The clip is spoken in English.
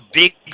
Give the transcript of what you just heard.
big